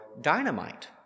dynamite